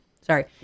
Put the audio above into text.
Sorry